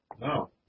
No